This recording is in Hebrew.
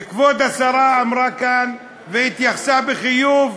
וכבוד השרה אמרה כאן, והתייחסה בחיוב,